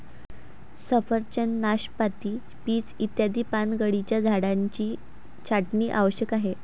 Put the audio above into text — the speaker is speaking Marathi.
सफरचंद, नाशपाती, पीच इत्यादी पानगळीच्या झाडांची छाटणी आवश्यक आहे